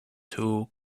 two